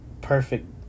perfect